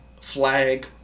flag